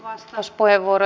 kiitos